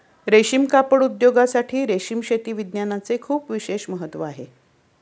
रेशीम कापड उद्योगासाठी रेशीम शेती विज्ञानाचे खूप विशेष महत्त्व आहे